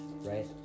right